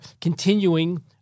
continuing